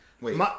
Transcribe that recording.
Wait